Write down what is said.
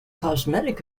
cosmetic